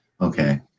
okay